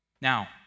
Now